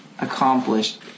accomplished